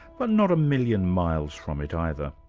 but not a million miles from it, either.